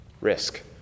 Risk